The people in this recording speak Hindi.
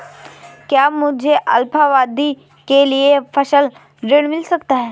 क्या मुझे अल्पावधि के लिए फसल ऋण मिल सकता है?